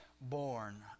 born